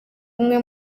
umwe